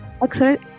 Excellent